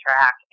track